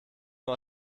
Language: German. nur